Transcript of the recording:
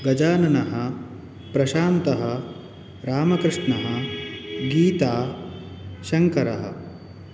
गजाननः प्रशान्तः रामकृष्णः गीता शङ्करः